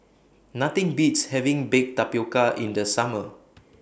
Nothing Beats having Baked Tapioca in The Summer